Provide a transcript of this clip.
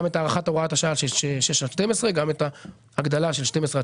גם את הארכת הוראת השעה 6 עד 12. גם את ההגדלה של 12 עד